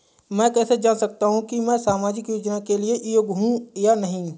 मैं कैसे जान सकता हूँ कि मैं सामाजिक योजना के लिए योग्य हूँ या नहीं?